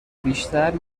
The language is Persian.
بیشتر